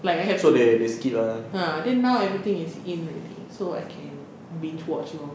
like I have to ya then now everything is in so I can binge watch lor